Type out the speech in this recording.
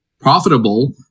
profitable